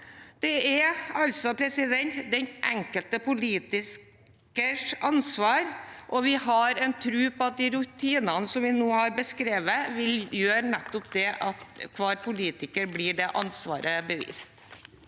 Det er altså den enkelte politikers ansvar, og vi har en tro på at de rutinene vi nå har beskrevet, vil gjøre at hver politiker blir seg det ansvaret bevisst.